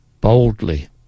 boldly